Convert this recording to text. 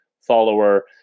follower